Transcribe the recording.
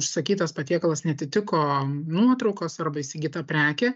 užsakytas patiekalas neatitiko nuotraukos arba įsigyta prekė